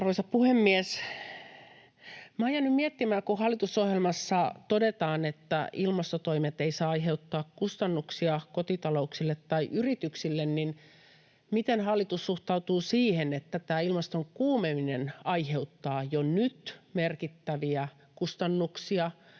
Arvoisa puhemies! Olen jäänyt miettimään, kun hallitusohjelmassa todetaan, että ilmastotoimet eivät saa aiheuttaa kustannuksia kotitalouksille tai yrityksille, että miten hallitus suhtautuu siihen, että tämä ilmaston kuumeneminen aiheuttaa jo nyt merkittäviä kustannuksia